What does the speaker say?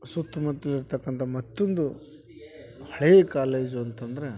ಸುತ್ತಮುತ್ಲು ಇರ್ತಕ್ಕಂಥ ಮತ್ತೊಂದು ಹಳೆಯ ಕಾಲೇಜು ಅಂತಂದ್ರೆ